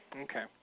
Okay